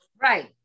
Right